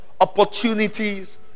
opportunities